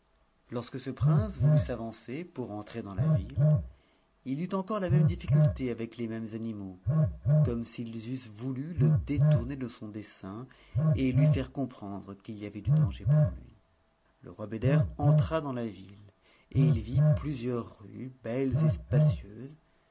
lorsque ce prince voulut s'avancer pour entrer dans la ville il eut encore la même difficulté avec les mêmes animaux comme s'ils eussent voulu le détourner de son dessein et lui faire comprendre qu'il y avait du jangerpouriui le roi beder entra dans la'ville et il vit plusieurs rues belles et spacieuses